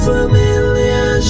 Familiar